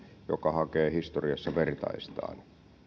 joka hakee historiassa vertaistaan